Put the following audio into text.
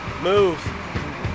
Move